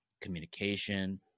communication